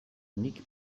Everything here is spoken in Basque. nik